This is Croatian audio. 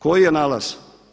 Koji je nalaz?